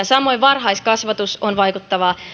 samoin varhaiskasvatus on vaikuttavaa